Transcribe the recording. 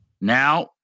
Now